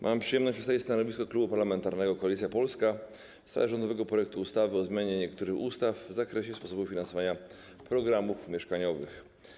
Mam przyjemność przedstawić stanowisko Klubu Parlamentarnego Koalicja Polska w sprawie rządowego projektu ustawy o zmianie niektórych ustaw w zakresie sposobu finansowania programów mieszkaniowych.